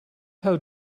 how